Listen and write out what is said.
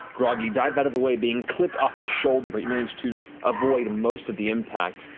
grog, you dive out of the way, being clipped off the shoulder, but you manage to avoid most of the impact.